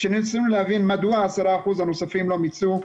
כשניסינו להבין מדוע ה-10% הנוספים לא מיצו,